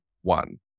one